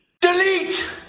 Delete